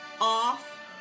off